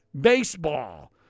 baseball